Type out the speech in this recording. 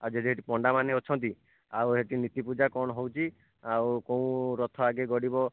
ଆଉ ଯେ ପଣ୍ଡାମାନେ ଅଛନ୍ତି ଆଉ ସେଇଠି ନୀତିପୂଜା କ'ଣ ହେଉଛି ଆଉ କେଉଁ ରଥ ଆଗେ ଗଡ଼ିବ